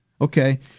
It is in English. Okay